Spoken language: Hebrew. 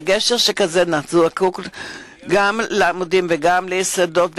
וגשר שכזה זקוק גם לעמודים וגם ליסודות,